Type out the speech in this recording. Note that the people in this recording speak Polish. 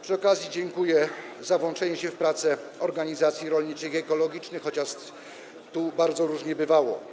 Przy okazji dziękuję za włączenie się w prace organizacji rolniczych i ekologicznych, chociaż tu bardzo różnie bywało.